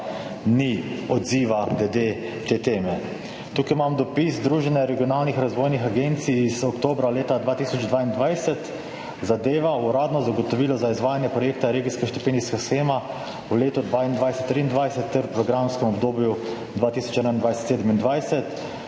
Tukaj imam dopis Združenja regionalnih razvojnih agencij iz oktobra leta 2022, zadeva: Uradno zagotovilo za izvajanje projekta Regijska štipendijska shema v letu 2022–2023 ter v programskem obdobju 2021–2027,